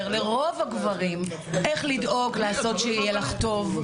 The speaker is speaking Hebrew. לרוב הגברים איך לדאוג לעשות שיהיה לך טוב.